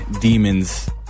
demons